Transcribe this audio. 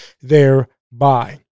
thereby